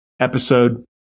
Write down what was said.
episode